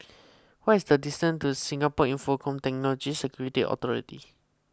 what is the distance to Singapore Infocomm Technology Security Authority